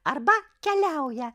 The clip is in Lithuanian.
arba keliauja